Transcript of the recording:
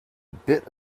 bit